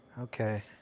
Okay